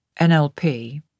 NLP